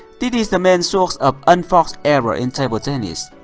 this is the main source of unforced error in table tennis.